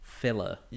filler